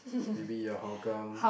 maybe Hougang